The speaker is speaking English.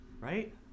right